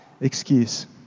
excuse